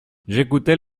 j’écoutais